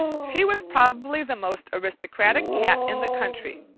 she was probably the most aristocratic cat in the country,